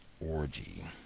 orgy